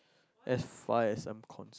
as far as I am concerned